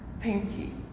Pinky